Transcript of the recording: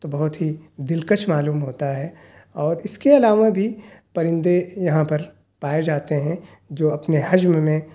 تو بہت ہی دلکش معلوم ہوتا ہے اور اس کے علاوہ بھی پرندے یہاں پر پائے جاتے ہیں جو اپنے حجم میں